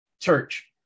church